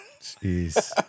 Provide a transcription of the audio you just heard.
Jeez